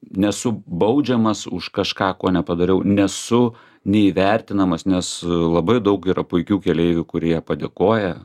nesu baudžiamas už kažką ko nepadariau nesu neįvertinamas nes labai daug yra puikių keleivių kurie padėkoja